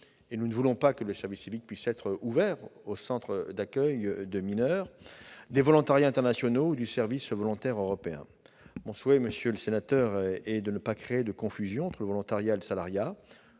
nous ne voulons pas que le service civique puisse être ouvert aux centres d'accueil de mineurs -, des volontariats internationaux ou du service volontaire européen. Mon souhait, monsieur le sénateur, est de ne pas créer de confusion entre le volontariat et le salariat,